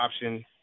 option